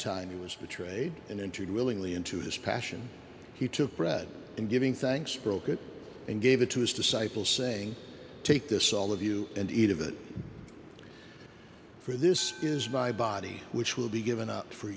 time he was betrayed and entered willingly into this passion he took bread and giving thanks for the good and gave it to his disciples saying take this all of you and eat of it for this is my body which will be given up for